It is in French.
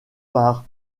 par